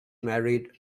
married